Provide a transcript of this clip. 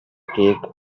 cake